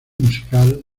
musical